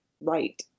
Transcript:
right